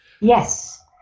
yes